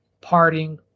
parting